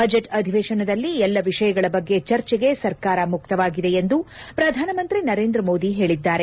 budget ಅಧಿವೇಶನದಲ್ಲಿ ಎಲ್ಲ ವಿಷಯಗಳ ಬಗ್ಗೆ ಚರ್ಚೆಗೆ ಸರ್ಕಾರ ಮುಕ್ತವಾಗಿದೆ ಎಂದು ಪ್ರಧಾನಮಂತ್ರಿ ನರೇಂದ್ರ ಮೋದಿ ಹೇಳಿದ್ದಾರೆ